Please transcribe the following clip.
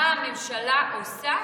מה הממשלה עושה